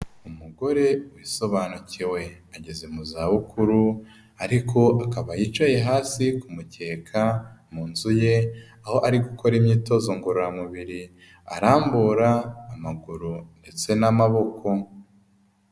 Umugore wisobanukiwe, ageze mu zabukuru, ariko akaba yicaye hasi ku mukeka mu nzu ye, aho ari gukora imyitozo ngororamubiri, arambura amaguru ndetse n'amaboko.